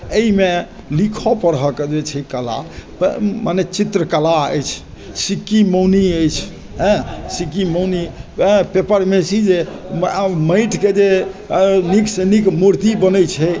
अइमे लिखऽ पढ़ऽके जे छै कला मने चित्रकला अछि सिक्की मौनी अछि एँ सिक्की मौनियें माटिके जे नीकसँ नीक मूर्ति बनय छै